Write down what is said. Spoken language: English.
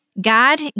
God